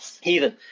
Heathen